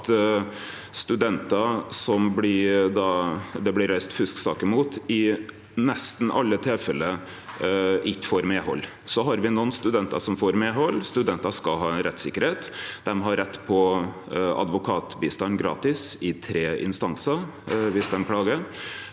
at studentar som det blir reist fuskesaker mot, i nesten alle tilfelle ikkje får medhald. Så har me nokre studentar som får medhald. Studentar skal ha rettssikkerheit. Dei har rett på gratis advokatbistand i tre instansar viss dei klagar.